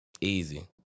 Easy